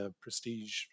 Prestige